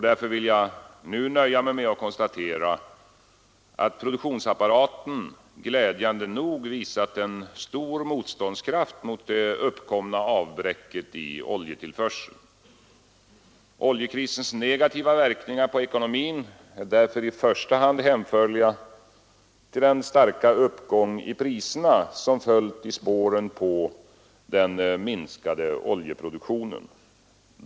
Därför vill jag nu nöja mig med att konstatera att produktionsapparaten glädjande nog visat stor motståndskraft mot det uppkomna avbräcket i oljetillförseln. Oljekrisens negativa verkningar på ekonomin är i första hand hänförliga till den starka uppgång i priserna som följt i spåren på den minskade oljeproduktionen.